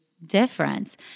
difference